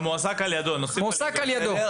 "המועסק על ידו.".